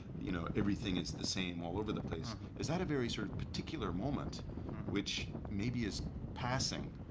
you know everything is the same all over the place is that a very sort of particular moment which maybe is passing?